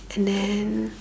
and then